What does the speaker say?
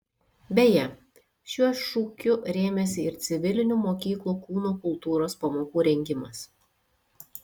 beje šiuo šūkiu rėmėsi ir civilinių mokyklų kūno kultūros pamokų rengimas